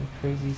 Crazy